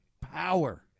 power